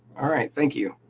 alright, thank you.